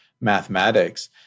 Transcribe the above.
mathematics